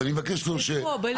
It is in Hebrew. לא נכנסו 100, אלא נכנסו פחות.